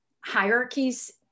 hierarchies